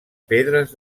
pedres